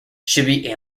chibi